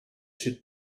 should